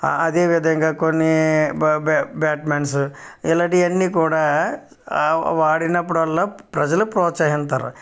అదేవిధంగా కొన్ని బా బా బ్యాట్ మెన్స్ ఇలాంటివన్నీ కూడా ఆడినప్పుడల్లా ప్రజలు ప్రోత్సాహిస్తారు